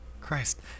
Christ